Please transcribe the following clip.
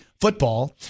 football